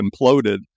imploded